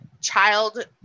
child